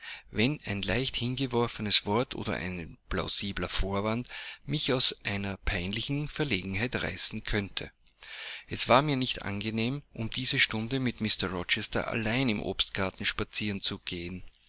wenn ein leichthingeworfenes wort oder ein plausibler vorwand mich aus einer peinlichen verlegenheit reißen könnte es war mir nicht angenehm um diese stunde mit mr rochester allein im obstgarten spazieren zu gehen